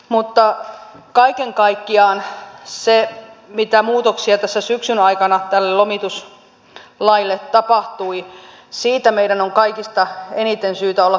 mutta kaiken kaikkiaan siitä mitä muutoksia tässä syksyn aikana tälle lomituslaille tapahtui meidän on kaikista eniten syytä olla kiitollisia